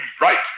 Right